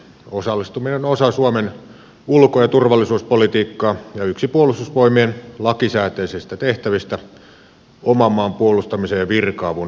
osallistuminen on osa suomen ulko ja turvallisuuspolitiikkaa ja yksi puolustusvoimien lakisääteisistä tehtävistä oman maan puolustamisen ja virka avun antamisen jälkeen